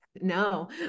No